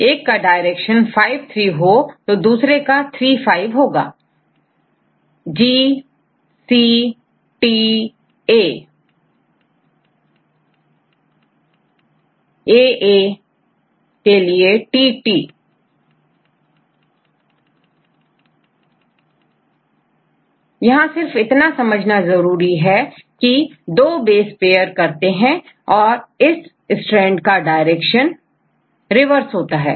इसमें एक का डायरेक्शन5'3' हो तो दूसरे का3'5' होगा यहां सिर्फ इतना समझना जरूरी है कि 2 बेस PAIR करते हैं और इस STRANDका डायरेक्शन रिवर्स होता है